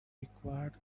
required